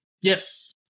yes